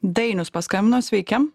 dainius paskambino sveiki